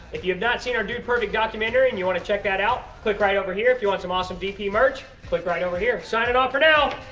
if you have not seen our dude perfect documentary, and you want to check that out, click right over here. if you want some awesome dp merch, click right over here. signing off for now.